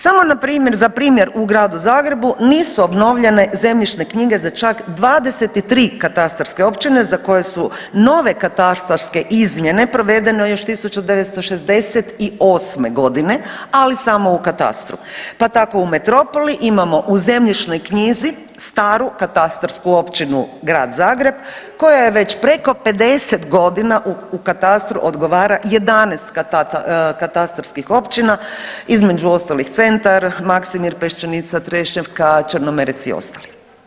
Samo na primjer, za primjer, u Gradu Zagrebu nisu obnovljene zemljišne knjige za čak 23 katastarske općine za koje su nove katastarske izmjere provedene još 1968. g., ali samo u katastru, pa tako u metropoli imamo u zemljišnoj knjizi staru katastarsku općinu Grad Zagreb koja je već preko 50 godina u katastru odgovara 11 katastarskih općina, između ostalih, Centar, Maksimir, Pešćenica, Trešnjevka, Črnomerec i ostali.